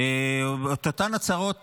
את אותן הצהרות,